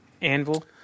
Anvil